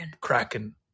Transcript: Kraken